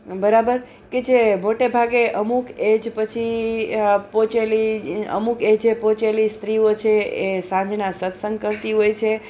બરાબર કે જે મોટે ભાગે અમુક એજ પછી પહોંચેલી અમુક એજે પહોંચેલી સ્ત્રીઓ છે એ સાંજના સત્સંગ કરતી હોય છે